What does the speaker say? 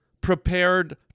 prepared